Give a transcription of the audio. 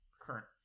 current